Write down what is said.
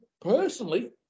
personally